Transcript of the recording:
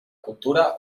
cultura